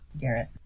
garrett